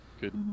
Good